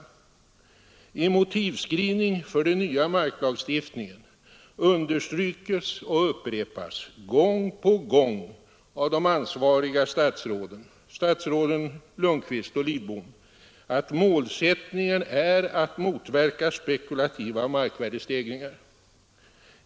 I motivskrivningen för den nya marklagstiftningen understryks och upprepas gång på gång av de ansvariga statsråden Lundkvist och Lidbom att målsättningen är att motverka spekulativa markprisstegringar.